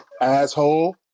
Asshole